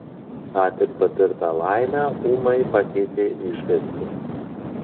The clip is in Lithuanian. ką tik patirtą laimę ūmai pakeitė išgąstis